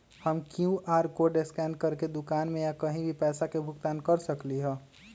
हम QR code scan करके दुकान में या कहीं भी पैसा के भुगतान कर सकली ह?